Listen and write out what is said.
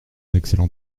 excellent